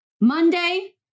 Monday